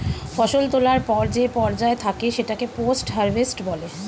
ফসল তোলার পর যে পর্যায় থাকে সেটাকে পোস্ট হারভেস্ট বলে